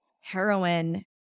heroin